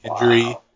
injury